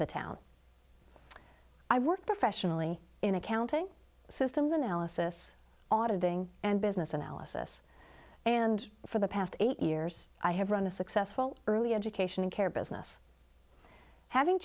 the town i work professionally in accounting systems analysis auditing and business analysis and for the past eight years i have run a successful early education and care business having